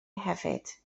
hefyd